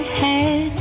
head